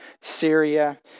Syria